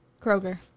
Kroger